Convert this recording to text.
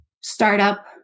Startup